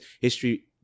history